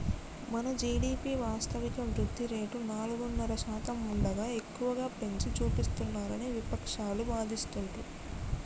మన జీ.డి.పి వాస్తవిక వృద్ధి రేటు నాలుగున్నర శాతం ఉండగా ఎక్కువగా పెంచి చూపిస్తున్నారని విపక్షాలు వాదిస్తుండ్రు